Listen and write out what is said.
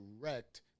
direct